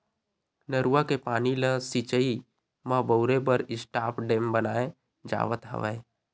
नरूवा के पानी ल सिचई म बउरे बर स्टॉप डेम बनाए जावत हवय